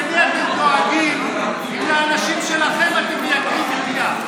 למי אתם דואגים אם לאנשים שלכם אתם מייקרים מחיה?